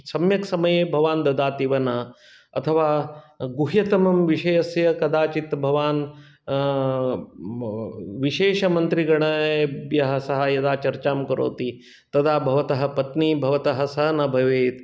सम्यक् समये भवान् ददाति वा न अथवा गुह्यतमं विषयस्य कदाचित् भवान् विशेषमन्त्रिगणेभ्यः सह यदा चर्चां करोति तदा भवतः पत्नी भवतः सह न भवेत्